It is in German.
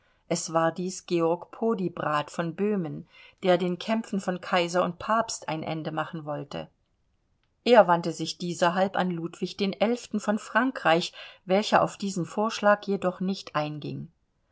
es war dies georg podiebrad von böhmen der den kämpfen von kaiser und papst ein ende machen wollte er wandte sich dieserhalb an ludwig xi von frankreich welcher auf diesen vorschlag jedock nicht einging